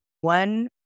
One